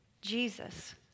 Jesus